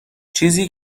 چیزی